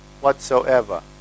whatsoever